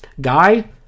Guy